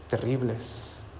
terribles